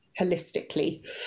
holistically